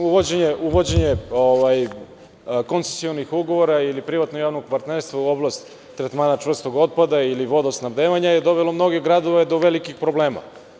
Uvođenje koncesije onih ugovora ili privatno-javnog partnerstva u oblast tretmana čvrstog otpada ili vodosnabdevanja je dovelo mnoge gradove do velikih problema.